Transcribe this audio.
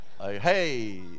hey